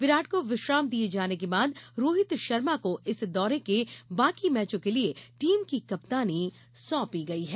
विराट को विश्राम दिए जाने के बाद रोहित शर्मा को इस दौरे के बाकी मैचों के लिए टीम की कप्तानी सौंपी गयी है